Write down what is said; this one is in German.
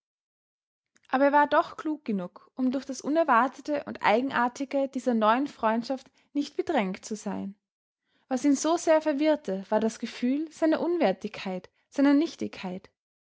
aber er war doch klug genug um durch das unerwartete und eigenartige dieser neuen freundschaft nicht bedrängt zu sein was ihn so sehr verwirrte war das gefühl seiner unwertigkeit seiner nichtigkeit